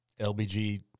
LBG